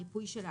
ריפוי שלה,